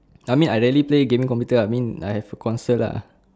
I mean I rarely play gaming computer uh I mean I have a console lah